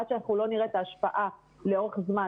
עד שאנחנו לא נראה את ההשפעה לאורך זמן,